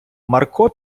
марко